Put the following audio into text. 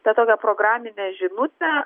tą tokią programinę žinutę